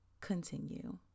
continue